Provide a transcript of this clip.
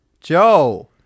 Joe